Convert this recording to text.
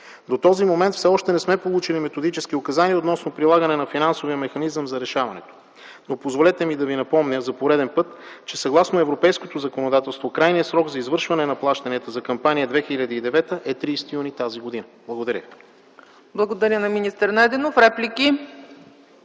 До този момент все още не сме получили методически указания относно прилагане на финансовия механизъм за решаването. Позволете ми да Ви напомня, за пореден път, че съгласно европейското законодателство крайният срок за извършване на плащанията за кампания 2009 е 30 юни т.г. Благодаря.